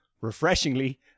refreshingly